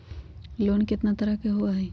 Loan केतना तरह के होअ हई?